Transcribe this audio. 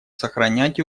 сохранять